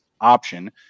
option